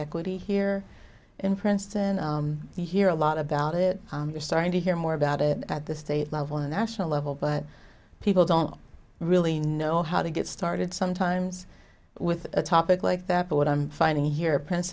equity here or in princeton you hear a lot about it you're starting to hear more about it at the state level and national level but people don't really know how to get started sometimes with a topic like that but what i'm finding here prince